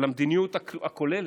על המדיניות הכוללת.